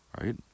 Right